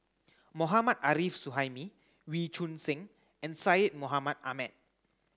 Mohammad Arif Suhaimi Wee Choon Seng and Syed Mohamed Ahmed